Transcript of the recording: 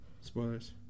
Spoilers